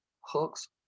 hooks